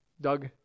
Doug